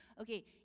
Okay